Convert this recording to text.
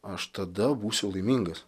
aš tada būsiu laimingas